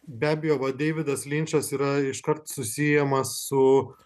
be abejo va deividas linčas yra iškart susiejamas su